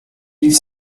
mille